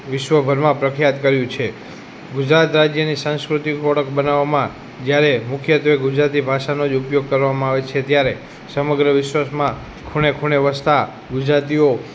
વિશ્વભરમાં પ્રખ્યાત કર્યું છે ગુજરાત રાજ્યની સાંસ્કૃતિક ઓળખ બનાવવામાં જયારે મુખ્યત્ત્વે ગુજરાતી ભાષાનો જ ઉપયોગ કરવામાં આવે છે ત્યારે સમગ્ર વિશ્વમાં ખૂણે ખૂણે વસતા ગુજરાતીઓ